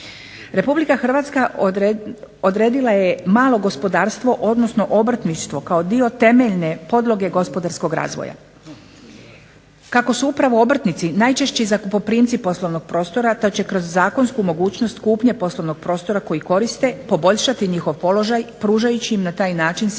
Republika Hrvatska odredila malo gospodarstvo u kojem je pretežito obrtništvo, kao dio temeljne podloge gospodarskog razvoja Republike Hrvatske. Kako su upravo obrtnici najčešće zakupoprimci poslovnog prostora, to će se kroz zakon, zakonsku mogućnost kupnje poslovnog prostora koji koriste poboljšati njihov položaj pružajući im na taj način sigurnost